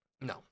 No